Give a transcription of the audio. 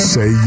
Say